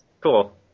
cool